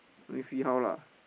no need see how lah